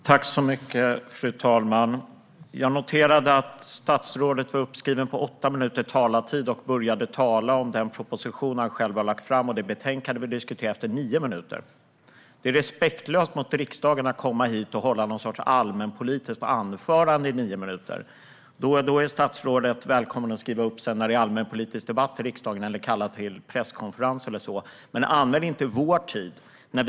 Fru talman! Jag noterade att statsrådet var uppskriven på åtta minuters talartid och att han först efter nio minuter började tala om den proposition som han själv har lagt fram och det betänkande som vi diskuterar. Det är respektlöst mot riksdagen att komma hit och hålla någon sorts allmänpolitiskt anförande i nio minuter. Statsrådet är välkommen att skriva upp sig när det är allmänpolitisk debatt i riksdagen eller kalla till presskonferens eller så, men använd inte vår tid, Morgan Johansson!